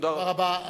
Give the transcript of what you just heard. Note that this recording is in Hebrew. תודה רבה.